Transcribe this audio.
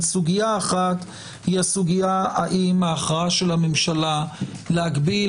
סוגיה אחת היא הסוגיה האם ההכרעה של הממשלה להגביל